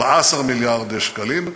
14 מיליארד שקלים.